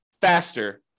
faster